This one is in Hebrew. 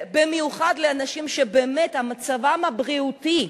במיוחד אנשים שבאמת מצבם הבריאותי,